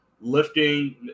lifting